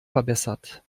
verbessert